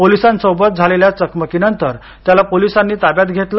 पोलीसांसोबत झालेल्या चकमकीनंतर त्याला पोलीसांनी ताब्यात घेतलं